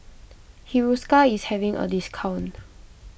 Hiruscar is having a discount